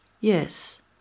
Yes